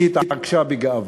היא התעקשה בגאווה.